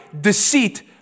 deceit